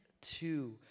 two